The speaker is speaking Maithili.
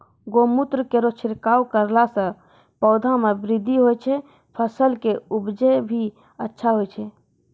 गौमूत्र केरो छिड़काव करला से पौधा मे बृद्धि होय छै फसल के उपजे भी अच्छा होय छै?